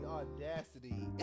audacity